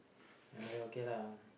uh then okay lah